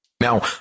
now